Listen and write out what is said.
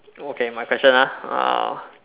okay my question ah uh